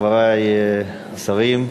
חברי השרים,